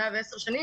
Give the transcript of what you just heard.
110 שנים,